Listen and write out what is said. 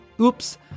Oops